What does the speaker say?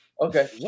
Okay